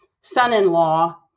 son-in-law